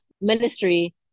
ministry